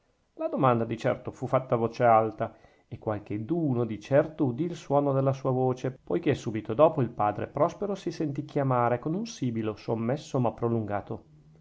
la domanda di certo fu fatta a voce alta e qualcheduno di certo udì il suono della sua voce poichè subito dopo il padre prospero si sentì chiamare con un sibilo sommesso ma prolungato